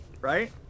right